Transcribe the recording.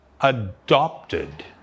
adopted